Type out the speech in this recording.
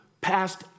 passed